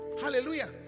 hallelujah